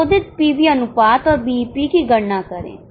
संशोधित पीवी अनुपात और बीईपी की गणना करें